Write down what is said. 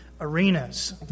arenas